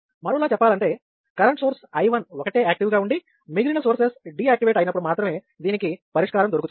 మరోలా చెప్పాలంటే current source I1 ఒకటే యాక్టివ్ గా ఉండి మిగిలిన సోర్సెస్ డీఆక్టివేట్ అయినప్పుడు మాత్రమే దీనికిమొదటిది పరిష్కారం దొరుకుతుంది